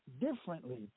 differently